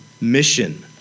mission